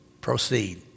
Proceed